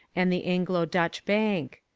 and the anglo-dutch bank.